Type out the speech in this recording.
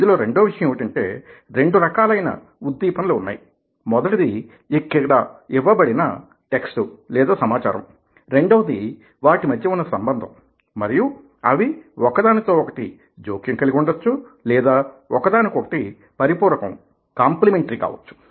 ఇందులో రెండో విషయం ఏమిటంటే రెండు రకాలైన ఉద్దీపనలు ఉన్నాయి మొదటిది ఇక్కడ ఇవ్వబడిన టెక్స్ట్ లేదా సమాచారం రెండవది వాటిమధ్య ఉన్న సంబంధం మరియు అవి ఒకదానితో ఒకటి జోక్యం కలిగి ఉండొచ్చు లేదా ఒకదానికొకటి పరిపూరకం కాంప్లిమెంటరీ కావచ్చు